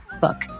book